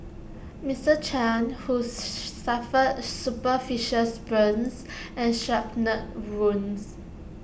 Mister chan who suffered superficial burns and shrapnel wounds